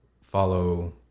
follow